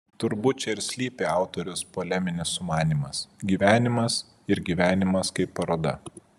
turbūt čia ir slypi autoriaus poleminis sumanymas gyvenimas ir gyvenimas kaip paroda